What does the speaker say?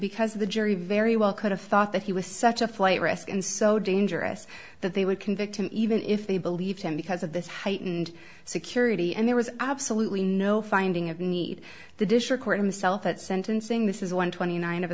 because the jury very well could have thought that he was such a flight risk and so dangerous that they would convict him even if they believed him because of this heightened security and there was absolutely no finding of need the disher court in the self at sentencing this is one twenty nine of